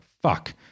fuck